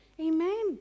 Amen